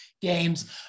games